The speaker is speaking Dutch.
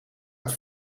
het